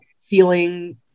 feeling